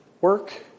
work